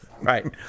Right